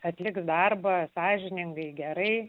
atlikti darbą sąžiningai gerai